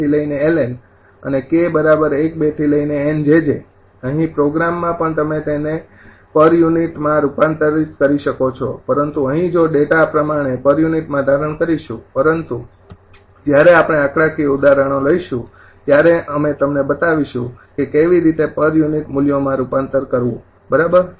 LN અને 𝑘 ૧૨ 𝑁 𝑗𝑗 અહીં પ્રોગ્રામમાં પણ તમે તેને પર યુનિટ માં રૂપાંતરિત કરી શકો છો પરંતુ અહીં જો ડેટા આપણે પર યુનિટ માં ધારણ કરીશું પરંતુ જ્યારે આપણે આંકડાકીય ઉદાહરણો લઈશું ત્યારે અમે તમને બતાવીશું કે કેવી રીતે પર યુનિટ મૂલ્યોમાં રૂપાંતર કરવું બરોબર